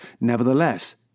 Nevertheless